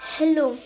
Hello